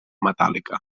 metàl·lica